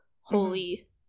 holy